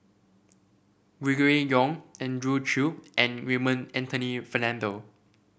we Gregory Yong Andrew Chew and Raymond Anthony Fernando